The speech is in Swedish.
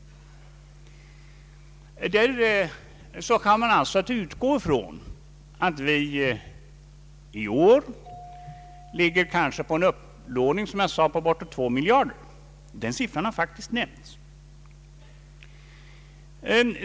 Där hade man att utgå ifrån att vi i år ligger på en upplåning av bortemot två miljarder. Den siffran har faktiskt nämnts.